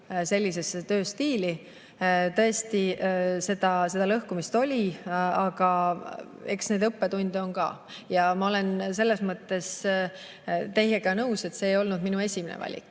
sellisesse tööstiili. Tõesti, seda lõhkumist oli, aga eks neid õppetunde on ka olnud. Ma olen selles mõttes teiega nõus, et see ei olnud minu esimene valik.